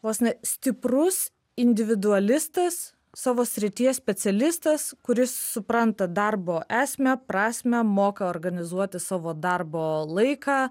vos ne stiprus individualistas savo srities specialistas kuris supranta darbo esmę prasmę moka organizuoti savo darbo laiką